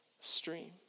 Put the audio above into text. stream